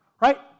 Right